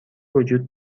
وجود